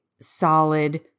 solid